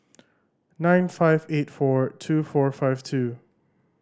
nine five eight four two four five two